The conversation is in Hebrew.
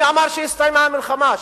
מי אמר שהסתיימה המלחמה?